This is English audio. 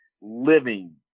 living